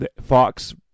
Fox